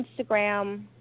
Instagram